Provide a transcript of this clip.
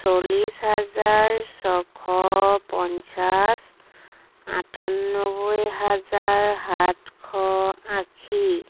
চল্লিছ হাজাৰ ছশ পঞ্চাছ আঠানব্বৈ হাজাৰ সাতশ আশী